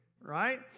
right